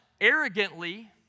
arrogantly